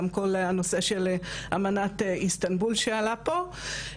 גם כל הנושא של אמנת איסטנבול שעלה פה.